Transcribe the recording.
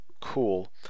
cool